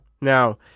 Now